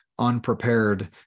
Unprepared